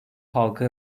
halkı